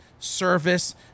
service